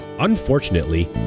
Unfortunately